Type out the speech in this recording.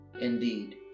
Indeed